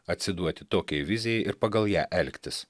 atsiduoti tokiai vizijai ir pagal ją elgtis